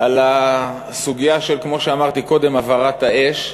על הסוגיה, כמו שאמרתי קודם, הבערת האש.